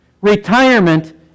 retirement